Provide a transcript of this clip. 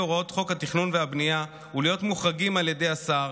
הוראות חוק התכנון והבנייה ולהיות מוחרגים על ידי השר,